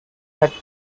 had